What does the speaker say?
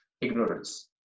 ignorance